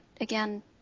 again